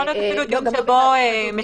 זה יכול להיות אפילו דיון שבו מציגים